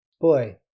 boy